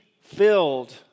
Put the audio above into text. filled